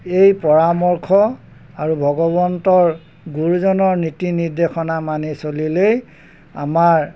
এই পৰামৰ্শ আৰু ভগৱন্তৰ গুৰুজনৰ নীতি নিৰ্দেশনা মানি চলিলেই আমাৰ